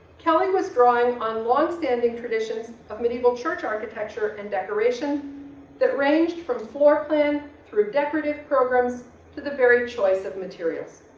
kelly was drawing on long-standing traditions of medieval church architecture and decoration that ranged from floor plan through decorative programs to the very choice of materials.